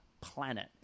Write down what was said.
planet